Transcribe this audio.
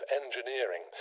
engineering